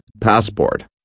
passport